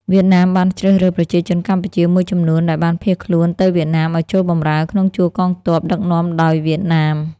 វៀតណាមបានជ្រើសរើសប្រជាជនកម្ពុជាមួយចំនួនដែលបានភៀសខ្លួនទៅវៀតណាមឱ្យចូលបម្រើក្នុងជួរកងទ័ពដឹកនាំដោយវៀតណាម។